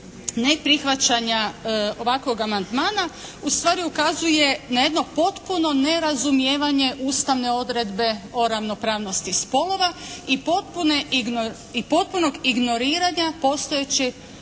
neprihvaćanja ovakvog amandmana ustvari ukazuje na jedno potpuno nerazumijevanje ustavne odredbe o ravnopravnosti spolova i potpunog ignoriranja postojećeg